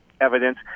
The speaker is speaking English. evidence